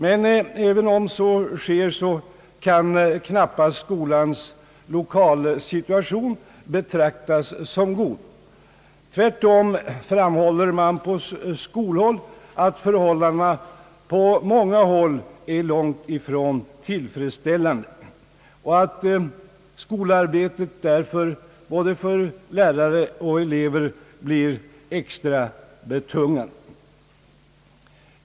Men även om så sker kan man knappast betrakta skolans lokalsituation som god. Tvärtom betonar skolans folk att läget på många håll är långt ifrån tillfredsställande och att skolarbetet därför blir extra betungande för både lärare och elever.